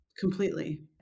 Completely